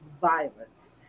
violence